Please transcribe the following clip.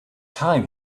time